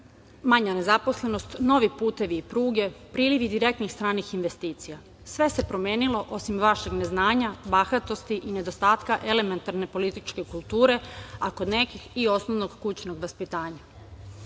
manja nezaposlenost, novi putevi i pruge, prilivi direktnih stranih investicija. Sve se promenilo osim vašeg neznanja, bahatosti i nedostatak elementarne političke kulture, a kod nekih i osnovnog kućnog vaspitanja. Kada